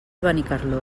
benicarló